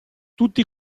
tutti